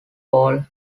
paul